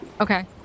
Okay